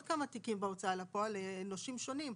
כמה תיקים בהוצאה לפועל לנושים שונים,